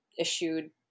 issued